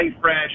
fresh